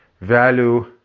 value